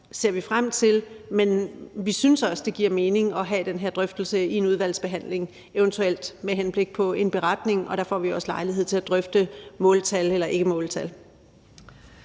ser vi frem til. Men vi synes også, at det giver mening at have den her drøftelse i en udvalgsbehandling, eventuelt med henblik på en beretning – og der får vi også lejlighed til at drøfte måltal eller ikkemåltal.